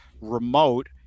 remote